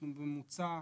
אנחנו בממוצע,